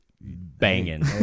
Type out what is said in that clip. banging